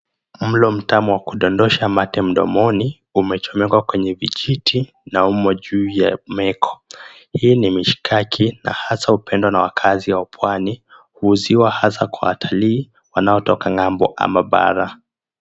Mlo mtamu wa kudondosha mate mdomoni, umechomekwa kwenye vijiti na umo juu ya meko. Hii ni mishikaki, na hasa hupendwa na wakazi au pwani, huuziwa hasa kwa watalii wanaotoka ng'ambo ama bara.